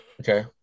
Okay